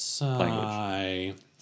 language